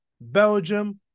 Belgium